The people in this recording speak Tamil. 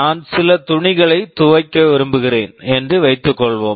நான் சில துணிகளை துவைக்க விரும்புகிறேன் என்று வைத்துக்கொள்வோம்